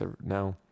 now